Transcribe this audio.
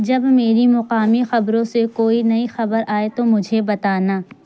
جب میری مقامی خبروں سے کوئی نئی خبر آئے تو مجھے بتانا